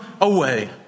away